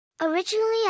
Originally